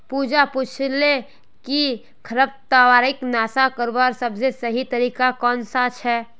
पूजा पूछाले कि खरपतवारक नाश करवार सबसे सही तरीका कौन सा छे